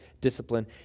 discipline